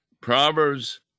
Proverbs